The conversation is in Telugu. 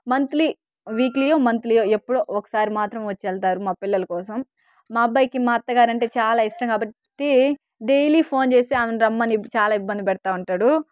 మంత్లీ వీక్లీయో మంత్లీయో ఎప్పుడో ఒకసారి మాత్రం వచ్చి వెళ్తారు మా పిల్లల కోసం మా అబ్బాయికి మా అత్తగారంటే చాలా ఇష్టం కాబట్టి డైలీ ఫోన్ చేసి ఆమెని రమ్మని చాలా ఇబ్బంది పెడతా ఉంటాడు